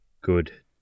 good